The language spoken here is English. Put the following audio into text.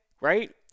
Right